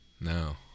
No